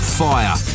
fire